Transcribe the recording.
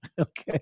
okay